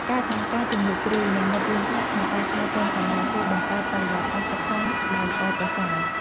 ការសហការជាមួយគ្រូ និងមិត្តរួមថ្នាក់ក្នុងការថែទាំសាលា ជួយបង្កើតបរិយាកាសសិក្សាដែលល្អប្រសើរ។